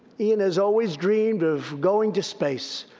iain has always dreamed of going to space.